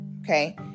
Okay